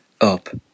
up